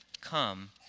come